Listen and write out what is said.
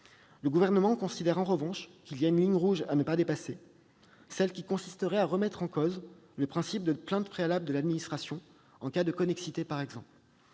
Le Gouvernement considère, en revanche, qu'une ligne rouge ne doit pas être dépassée : celle qui consisterait à remettre en cause le principe de plainte préalable de l'administration, en cas de connexité par exemple.